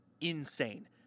insane